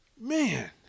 Man